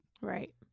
Right